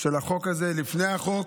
של החוק הזה, לפני החוק